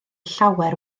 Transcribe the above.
llawer